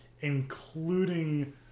including